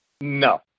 No